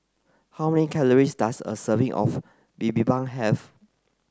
how many calories does a serving of Bibimbap have